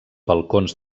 balcons